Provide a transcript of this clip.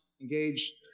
engage